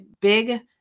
big